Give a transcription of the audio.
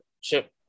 Chip